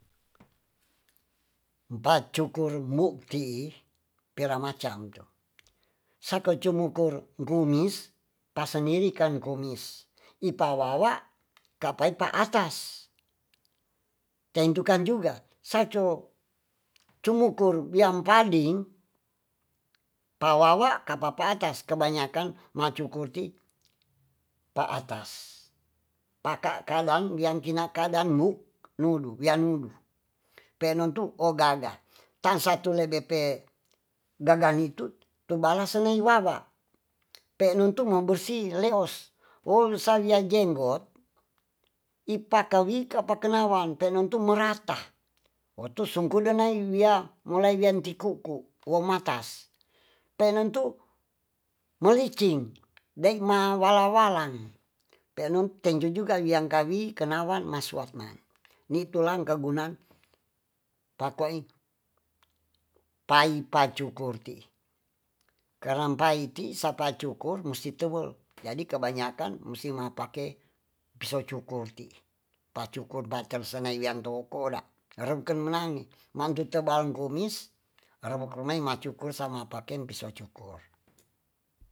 Empat cukurumu ti i pira macam tu sakacumukur kumis pasendiri kan kumis ipa wawa kapai pa atas taentukan juga saco cumukur biam pading pa wawa kapa pa atas kebanyakan macukur ti pa atas paka kawang bia kina kadang lu nudu wiang nudu penon tu oh gaga tan satu lebe pe gaga ni tu tu balas senei wawa pe non tu mabesi le os won salean jenggot ipaka wi ke pakenawan pe non tu merata wotu sungkudenai wia melai wian ti ku kuh wo matas pe non tu melicing ndai ma wala walang pe non tengkuu juga wiang kawi kenawan masuat man ni tulang kagunan pak wa it pai pacukur ti keram pai ti sapa cukur musti tebel jadi kebanyakan musi ma pake piso cukur ti pa cukur bater senai wian to koda erepken menangi mang tu tebal kumis rebok rumeng macukur sama paken piso cukur